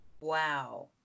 Wow